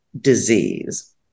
disease